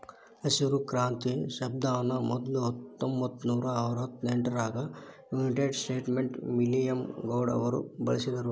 ಹಸಿರು ಕ್ರಾಂತಿ ಶಬ್ದಾನ ಮೊದ್ಲ ಹತ್ತೊಂಭತ್ತನೂರಾ ಅರವತ್ತೆಂಟರಾಗ ಯುನೈಟೆಡ್ ಸ್ಟೇಟ್ಸ್ ನ ವಿಲಿಯಂ ಗೌಡ್ ಅವರು ಬಳಸಿದ್ರು